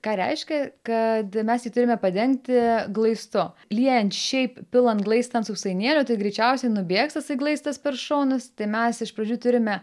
ką reiškia kad mes jį turime padengti glaistu liejant šiaip pilant glaistant sausainėlį tai greičiausiai nubėgs tasai glaistas per šonus tai mes iš pradžių turime